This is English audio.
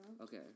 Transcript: Okay